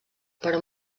però